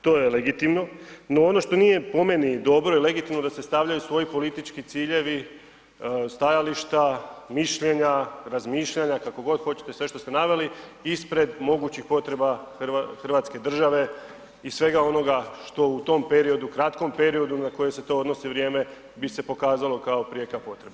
To je legitimno, ono što nije po meni dobro i legitimno, da se stavljaju svoji politički ciljevi, stajališta, mišljenja, razmišljanja, kako god hoćete, sve što ste naveli ispred mogućih potreba hrvatske države i svega onoga što u tom periodu, kratkom periodu na koje se to odnosi vrijeme, bi se pokazalo kao prijeka potreba.